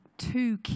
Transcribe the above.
two